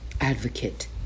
advocate